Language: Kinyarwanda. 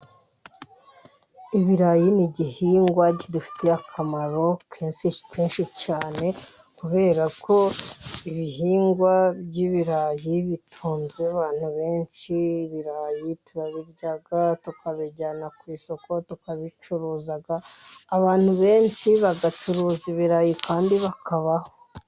Ibirayi ni igihingwa kidufitiye akamaro kenshi kenshi cyane, kubera ko ibihingwa by'ibirayi bitunze abantu benshi. Ibirayi turabirya tukabijyana ku isoko tukabicuruza, abantu benshi bagacuruza ibirayi kandi bakabaho.